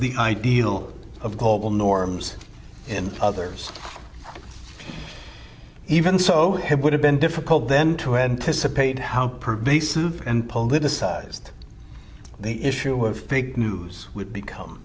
the ideal of global norms in others even so it would have been difficult then to anticipate how pervasive and politicized the issue of fake news would become